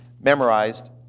memorized